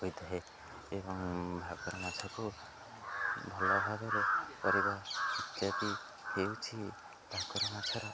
ହୋଇଥାଏ ଏବଂ ଭାକୁର ମାଛକୁ ଭଲ ଭାବରେ କରିବା ଇତ୍ୟାଦି ହେଉଛି ଭାକୁର ମାଛର